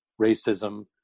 racism